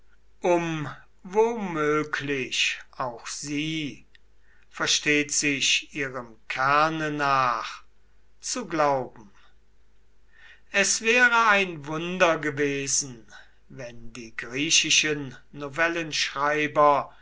womöglich auch sie versteht sich ihrem kerne nach zu glauben es wäre ein wunder gewesen wenn die griechischen